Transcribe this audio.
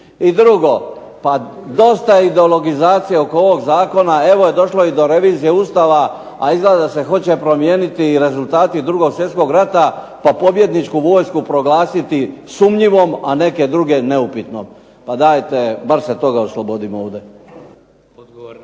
I drugo, pa dosta je ideologizacije oko ovog zakona. Evo je, došlo je i do revizije Ustava, a izgleda da se hoće promijeniti i rezultati 2. svjetskog rata pa pobjedničku vojsku proglasiti sumnjivom, a neke druge neupitnom. Pa dajte, bar se toga oslobodimo ovdje. **Šeks,